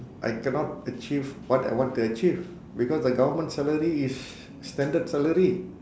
I cannot achieve what I want to achieve because the government salary is standard salary